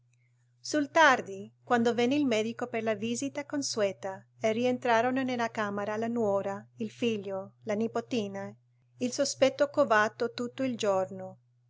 sul tardi quando venne il medico per la visita consueta e rientrarono nella camera la nuora il figlio la nipotina il sospetto covato tutto il giorno